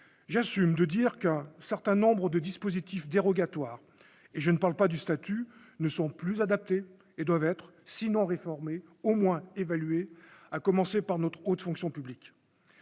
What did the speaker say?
j'assume de dire qu'un certain nombre de dispositifs dérogatoires et je ne parle pas du statut ne sont plus adaptés et doivent être sinon réformer au moins évalué, à commencer par notre haute fonction publique,